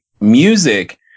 music